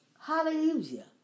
Hallelujah